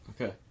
Okay